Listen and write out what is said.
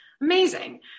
Amazing